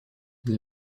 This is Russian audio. для